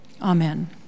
Amen